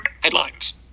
Headlines